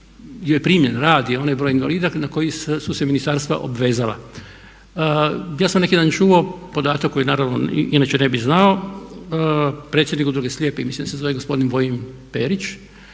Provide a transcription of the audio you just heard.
je primljen, radi onaj broj invalida na koji su se ministarstva obvezala. Ja sam neki dan čuo podatak koji naravno inače ne bih znao, predsjednik Udruge slijepih, mislim da se zove gospodin Vojin Perić,